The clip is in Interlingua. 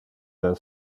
del